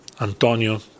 Antonio